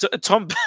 Tom